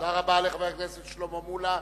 תודה רבה לחבר הכנסת שלמה מולה.